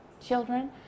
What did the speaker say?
children